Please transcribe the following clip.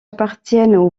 appartiennent